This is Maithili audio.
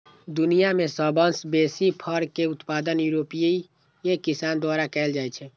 दुनिया मे सबसं बेसी फर के उत्पादन यूरोपीय किसान द्वारा कैल जाइ छै